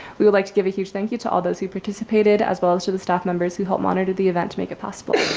we would like to give a huge thank you to all those who participated as well as to the staff members who helped monitor the event make it possible.